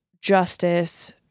justice